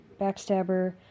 backstabber